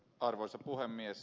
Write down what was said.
arvoisa puhemies